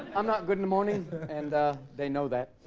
i'm not good in the morning and they know that